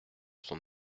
son